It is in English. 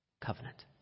covenant